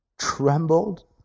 Trembled